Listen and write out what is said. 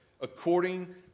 according